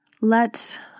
Let